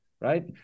right